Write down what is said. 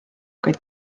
kuid